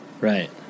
Right